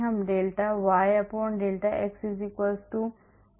हम delta ydelta x f लेते हैं